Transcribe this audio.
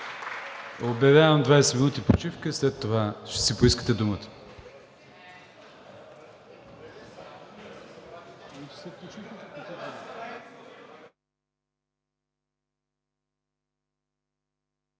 обявявам 20 минути почивка и след това ще си поискате думата.